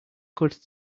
good